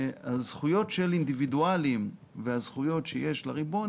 הזכויות של אינדיבידואלים והזכויות שיש לריבון,